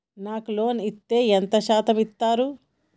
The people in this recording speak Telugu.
నాకు లోన్ ఇత్తే ఎంత శాతం ఇత్తరు?